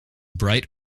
bright